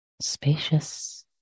Spacious